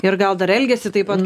ir gal dar elgiasi taip pat